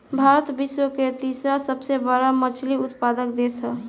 भारत विश्व के तीसरा सबसे बड़ मछली उत्पादक देश ह